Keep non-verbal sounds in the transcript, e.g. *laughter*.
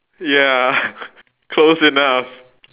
ya *laughs* close enough